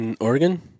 Oregon